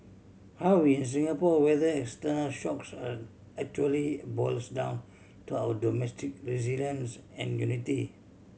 how we in Singapore weather external shocks actually boils down to our domestic resilience and unity